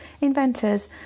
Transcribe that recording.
inventors